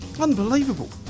Unbelievable